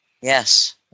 Yes